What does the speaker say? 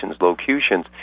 locutions